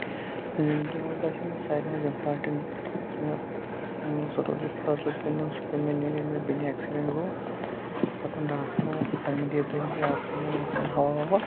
زندگی منٛز باسیٚو مےٚ ساروِی منٛز اِمپاٹَنٛٹ یُس مےٚ ضروٗری فٲصلہٕ پیٚو نیُن سُہ پیٚو مےٚ نیُن ییٚلہِ مےٚ بیٚنہِ ایٚکسیڈنٛٹ گوٚو پَتہٕ ووٚن ڈاکٹرو وۄنۍ مہٕ دِیِو تُہۍ أمِس یہِ آکسیٖجَن واکسیجَن ہَوا وَوا